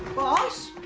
boss?